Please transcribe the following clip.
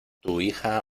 hija